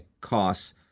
costs